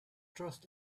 trust